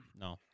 No